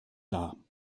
dar